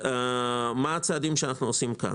מה הצעדים שאנחנו עושים כאן?